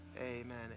amen